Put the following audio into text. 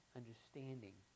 understanding